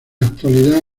actualidad